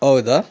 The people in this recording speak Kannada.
ಹೌದಾ